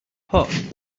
pot